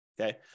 Okay